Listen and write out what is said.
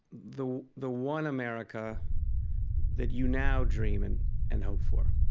the the one america that you now dream and and hope for